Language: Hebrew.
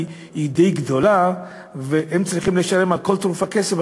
די גדולה והם צריכים לשלם על כל תרופה כסף,